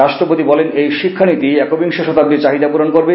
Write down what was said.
রাষ্ট্রপতি বলেন এই শিক্ষানীতি একবিংশ শতাদীর চাহিদা পূরণ করবে